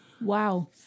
wow